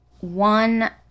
One